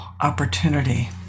opportunity